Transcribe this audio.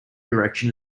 direction